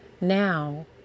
now